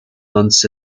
months